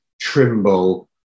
Trimble